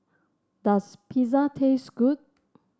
does Pizza taste good